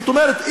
זאת אומרת,